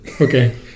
Okay